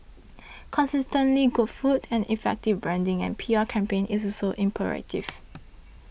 consistently good food and effective branding and P R campaign is also imperative